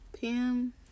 Pam